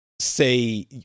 say